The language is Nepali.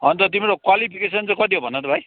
अनि त तिम्रो क्वालिफिकेसन चाहिँ कति हो भन त भाइ